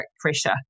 pressure